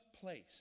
place